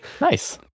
Nice